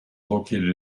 located